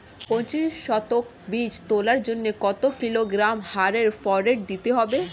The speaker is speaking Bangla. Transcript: পঁচিশ শতক বীজ তলার জন্য কত কিলোগ্রাম হারে ফোরেট দিতে হবে?